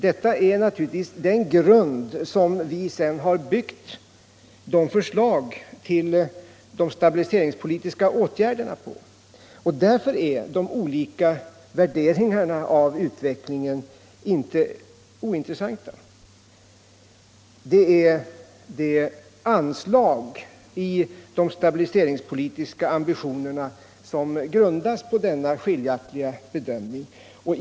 Detta är naturligtvis den grund som vi sedan har byggt vårt förslag till stabiliseringspolitiska åtgärder på. Därför är de olika värderingarna av utvecklingen inte ointressanta. Anslaget i de stabiliseringspolitiska ambitionerna grundas på denna skiljaktiga bedömning.